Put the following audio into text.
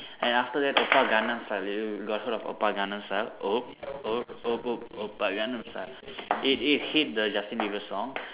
and after that Oppa Gangnam style did you you got hear of Oppa Gangnam style op op op op Oppa Gangnam style it it hit the Justin Bieber song